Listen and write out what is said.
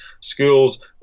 schools